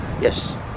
yes